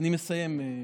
אני מסיים.